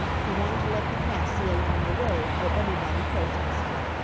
he wanted to let the cat see along the road, but everybody protested.